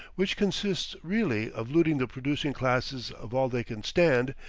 which consists really of looting the producing classes of all they can stand,